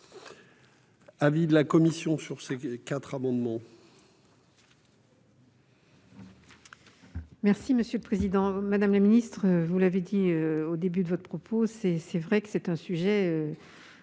l'avis de la commission ? Ces quatre amendements